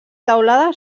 teulada